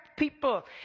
people